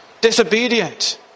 disobedient